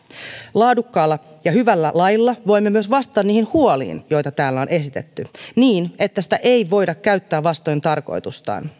laadukkaalla ja hyvällä lailla voimme myös vastata niihin huoliin joita täällä on esitetty niin että sitä ei voida käyttää vastoin tarkoitustaan